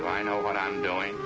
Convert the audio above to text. do i know what i'm doing